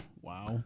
Wow